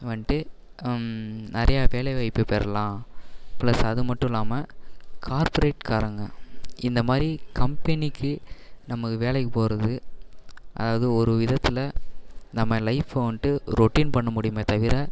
வந்துட்டு நிறையா வேலை வாய்ப்பு பெறலாம் பிளஸ் அது மட்டும் இல்லாமல் கார்ப்ரேட்காரங்கள் இந்தமாதிரி கம்பெனிக்கு நம்ம வேலைக்கு போவது அதாவது ஒரு விதத்தில் நம்ம லைஃபை வந்துட்டு ரொட்டின் பண்ண முடியுமே தவிர